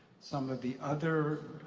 some of the other